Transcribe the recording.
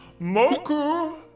Moku